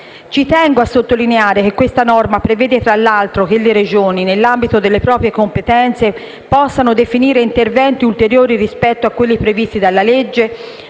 Ci tengo a sottolineare che questa norma prevede, tra l'altro, che le Regioni, nell'ambito delle proprie competenze, possano definire interventi ulteriori rispetto a quelli previsti dalla legge